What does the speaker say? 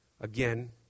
again